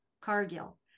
Cargill